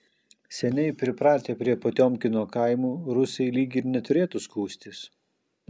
seniai pripratę prie potiomkino kaimų rusai lyg ir neturėtų skųstis